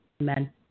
Amen